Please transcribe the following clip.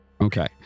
Okay